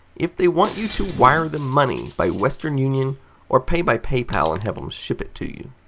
if they want you to wire them money by western union or pay by paypal and have them ship it to you.